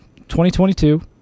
2022